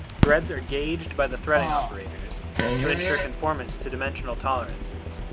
threads are gauged by the threading operators to ensure conformance to dimensional tolerances.